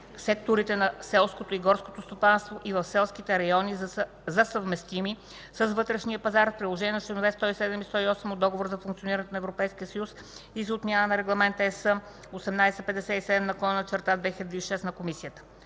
секторите на селското и горското стопанство и в селските райони за съвместими с вътрешния пазар в приложение на членове 107 и 108 от Договора за функционирането на Европейския съюз и за отмяна на Регламент (ЕС) № 1857/2006 на Комисията”.